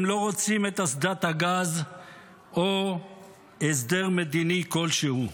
הם לא רוצים את אסדת הגז או הסדר מדיני כל שהוא.